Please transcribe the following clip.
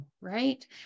right